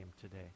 today